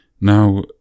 Now